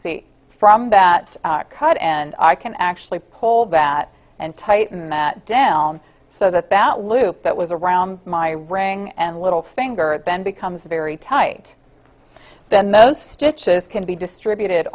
see from that cut and i can actually pull that and tighten that down so that that loop that was around my ring and little finger then becomes very tight then those stitches can be distributed